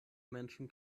menschen